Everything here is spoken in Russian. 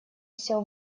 все